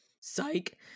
Psych